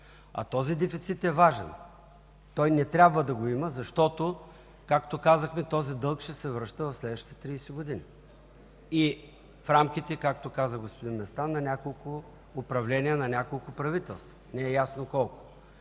А този дефицит е важен, не трябва да го има, защото, както казахме, този дълг ще се връща в следващите 30 години, и в рамките, както каза господин Местан, на няколко управления, на няколко правителства. Не е ясно колко.